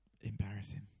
embarrassing